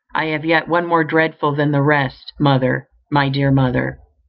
i have yet one more dreadful than the rest. mother, my dear mother!